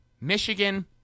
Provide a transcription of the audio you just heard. Michigan –